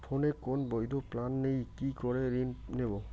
ফোনে কোন বৈধ প্ল্যান নেই কি করে ঋণ নেব?